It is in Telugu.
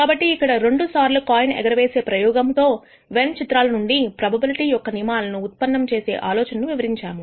కాబట్టి ఇక్కడ 2 సార్లు కాయిన్ ఎగరవేసే ప్రయోగం తో వెన్ చిత్రాల నుండి ప్రోబబిలిటీ యొక్క నియమాలను ఉత్పన్నము చేసే ఆలోచనను వివరించాము